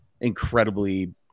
incredibly